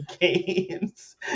games